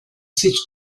sich